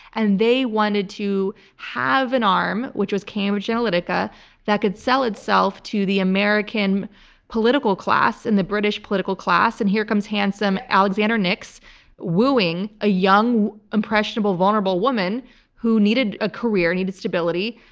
and they wanted to have an arm which was cambridge analytica that could sell itself to the american political class and the british political class. and here comes handsome alexander nix wooing a young, impressionable, vulnerable woman who needed a career, needed stability,